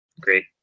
Great